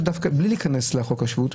בלי להיכנס לחוק השבות,